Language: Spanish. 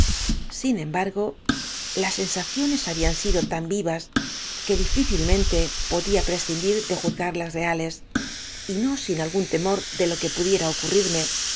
sin embargo las sensaciones habían sido tan vivas que diñcilmente podra prescindir de juzgarlas reales y no sin algún temor do lo que pudiera ocurrirme